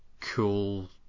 cool